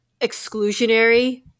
exclusionary